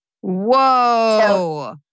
Whoa